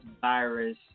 virus